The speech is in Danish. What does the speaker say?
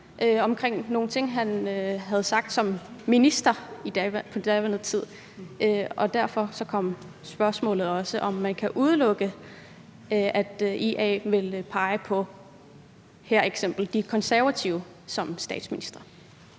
om nogle ting, han havde sagt som minister på daværende tidspunkt, og derfor kom spørgsmålet også, om man kan udelukke, at IA i det her tilfælde vil pege på De Konservatives statsministerkandidat.